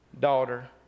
Daughter